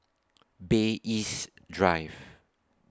Bay East Drive